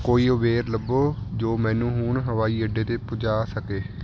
ਕੋਈ ਉਬੇਰ ਲੱਭੋ ਜੋ ਮੈਨੂੰ ਹੁਣ ਹਵਾਈ ਅੱਡੇ 'ਤੇ ਪਹੁੰਚਾ ਸਕੇ